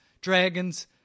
dragons